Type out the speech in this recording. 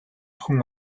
хүн